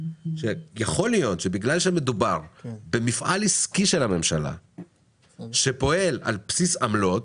שיכול להיות שבגלל שמדובר במפעל עסקי של הממשלה שפועל על בסיס עמלות,